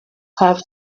have